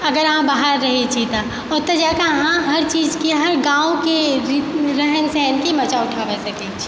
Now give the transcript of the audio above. अगर अहाँ बाहर रहैत छी तऽ ओतय जाके अहाँ हर चीजके हर गाँवके रहन सहनके मजा उठा सकैत छी